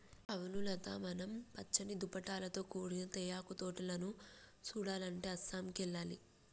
అవును లత మనం పచ్చని దుప్పటాలతో కూడిన తేయాకు తోటలను సుడాలంటే అస్సాంకి ఎల్లాలి